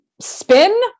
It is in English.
Spin